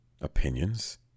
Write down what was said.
opinions